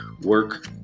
work